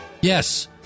yes